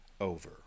over